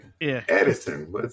Edison